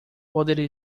poderia